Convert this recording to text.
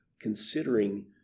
considering